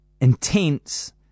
intense